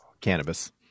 cannabis